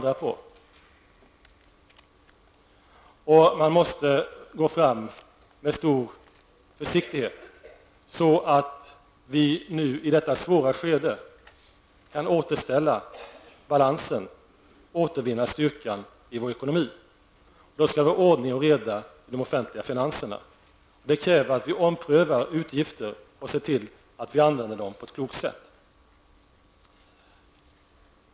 Det gäller för oss att gå fram med stor försiktighet så att vi i detta svåra skede kan återställa balansen och återvinna styrkan i ekonomin. För att klara det måste det vara ordning och reda i de offentliga finanserna. Det kräver att vi omprövar utgifter och använder pengarna på ett klokt sätt.